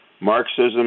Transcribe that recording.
Marxism